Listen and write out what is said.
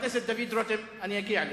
אני אגיע אליך.